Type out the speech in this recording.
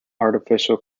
artificial